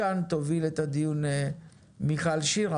מכאן תוביל את הדיון מיכל שיר,